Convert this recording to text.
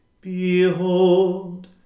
Behold